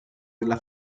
della